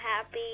happy